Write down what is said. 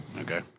Okay